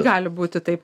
gali būti taip